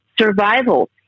survival